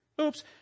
Oops